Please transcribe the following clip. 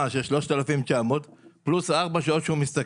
של 3,900 שקלים פלוס ארבע שעות שהוא עובד.